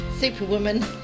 Superwoman